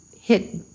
hit